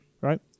Right